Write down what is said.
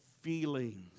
feelings